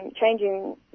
changing